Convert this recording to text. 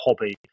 hobby